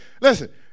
listen